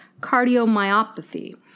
cardiomyopathy